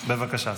בבקשה.